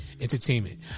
entertainment